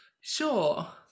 Sure